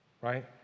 right